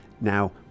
now